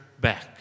back